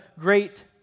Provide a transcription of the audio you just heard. great